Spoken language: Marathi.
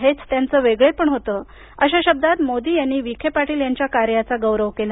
हेच त्यांचे वेगळेपण होते अशा शब्दात विखे पाटील यांच्या कार्याचा गौरव केला